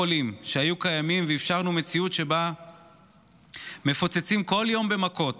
חוליים שהיו קיימים ואפשרו מציאות שבה מפוצצים כל יום במכות